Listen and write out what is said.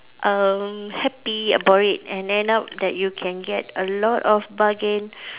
um happy about it and end up that you can get a lot of bargain